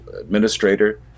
administrator